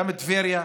גם טבריה,